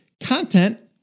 content